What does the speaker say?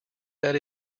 that